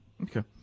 Okay